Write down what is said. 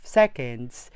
seconds